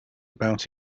about